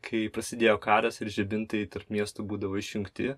kai prasidėjo karas ir žibintai tarp miestų būdavo išjungti